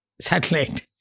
satellite